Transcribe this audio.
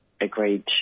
agreed